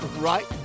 right